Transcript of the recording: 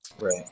right